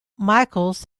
michaels